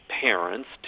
parents